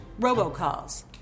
robocalls